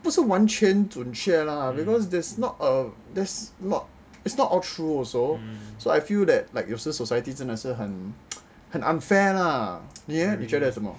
不是完全准确 lah because there's not a it's not all true you know so I feel that sometimes society 真的是很 unfair lah ya 你觉得什么